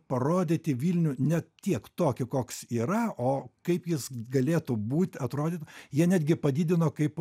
parodyti vilnių ne tiek tokį koks yra o kaip jis galėtų būt atrodyt jie netgi padidino kaip